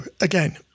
again